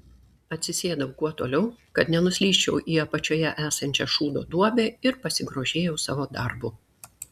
atsisėdau kuo toliau kad nenuslysčiau į apačioje esančią šūdo duobę ir pasigrožėjau savo darbu